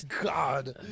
God